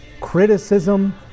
criticism